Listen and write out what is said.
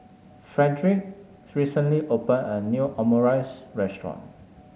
Frederick recently opened a new Omurice restaurant